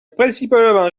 principalement